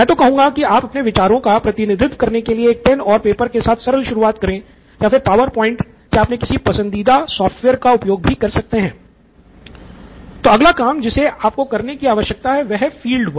तो अगला काम जिसे आपको करने की आवश्यकता है वह है फील्ड वर्क